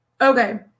Okay